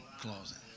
closet